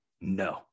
no